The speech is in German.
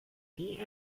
die